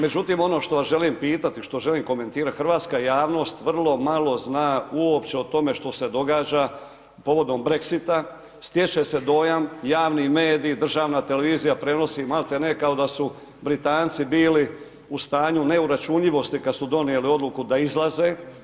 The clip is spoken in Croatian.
Međutim, ono što vas želim pitati, što želim komentirati hrvatska javnost vrlo malo zna uopće o tome što se događa povodom Brexita, stječe se dojam javni mediji, državna televizija prenosi maltene kao da su Britanci bili u stanju neuračunljivosti kad su donijeli odluku da izlaze.